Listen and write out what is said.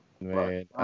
Man